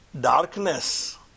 darkness